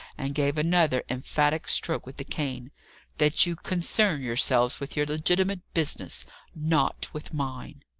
and gave another emphatic stroke with the cane that you concern yourselves with your legitimate business not with mine.